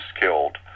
killed